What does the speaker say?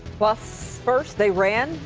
but so first they ran,